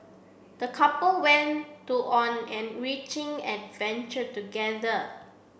the couple went to on an enriching adventure together